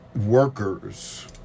workers